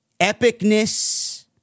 epicness